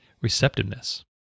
receptiveness